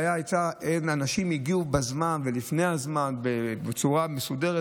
אנשים הגיעו להלוויה בזמן ולפני הזמן בצורה מסודרת,